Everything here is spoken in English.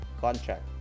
contract